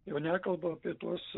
jau nekalbu apie tuos